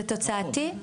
זה תוצאתי,